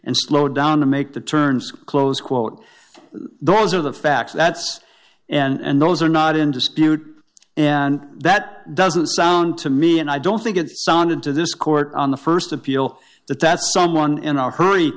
and slowed down to make the turns close quote those are the facts that's and those are not in dispute and that doesn't sound to me and i don't think it sounded to this court on the st appeal that that someone in a hurry